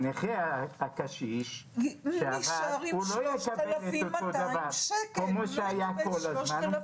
הנכה הקשיש לא יקבל את אותו הדבר כמו שהיה כל הזמן,